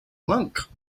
monk